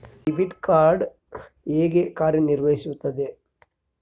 Debit card ಹೇಗೆ ಕಾರ್ಯನಿರ್ವಹಿಸುತ್ತದೆ?